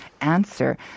answer